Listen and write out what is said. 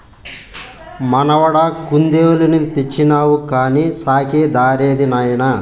మనవడా కుందేలుని తెచ్చినావు కానీ సాకే దారేది నాయనా